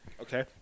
okay